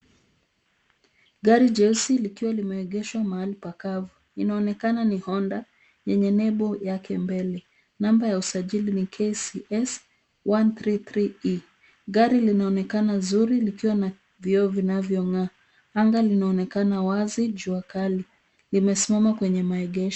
Gari jeusi likiwa limeegeshwa mahali pakavu. Inaonekana ni Honda yenye nembo yake mbele. Namba ya usajili ni KCS one three three E.Gari linaonekana nzuri likiwa na vioo vinavyong'aa. Anga linaonekana wazi jua kali. Imesimama kwenye maegesho.